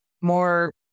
more